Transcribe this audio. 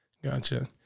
Gotcha